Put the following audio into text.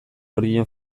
horien